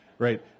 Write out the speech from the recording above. Right